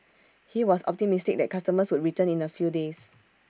he was optimistic that customers would return in A few days